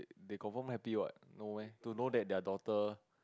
they confirm happy what no meh to know that their daughter